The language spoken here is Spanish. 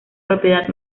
propiedad